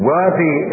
Worthy